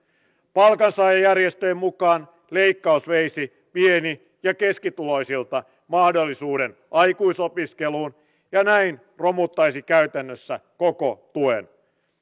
palkansaajajärjestöjen mukaan leikkaus veisi pieni ja keskituloisilta mahdollisuuden aikuisopiskeluun ja näin romuttaisi käytännössä koko tuen